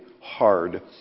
hard